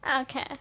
Okay